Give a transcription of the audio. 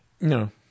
No